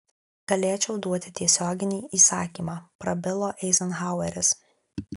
galėčiau duoti tiesioginį įsakymą prabilo eizenhaueris